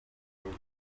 ndege